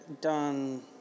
done